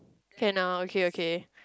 can ah okay okay